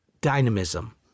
dynamism